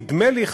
נדמה לי,